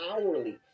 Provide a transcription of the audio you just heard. hourly